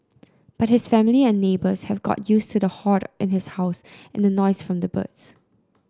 but his family and neighbours have got used to the hoard in his house and noise from the birds